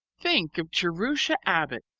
think of jerusha abbott,